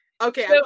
Okay